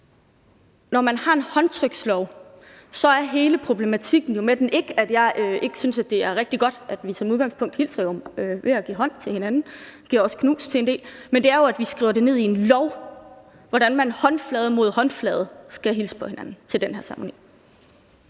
når man har en håndtrykslov, er hele problematikken med den ikke, at jeg ikke synes, det er rigtig godt, at vi som udgangspunkt hilser ved at give hånd til hinanden – jeg giver også knus til en del – men det er jo, at vi skriver ned i en lov, hvordan man håndflade mod håndflade skal hilse på hinanden til den her ceremoni.